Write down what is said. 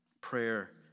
prayer